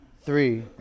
three